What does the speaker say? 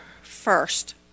first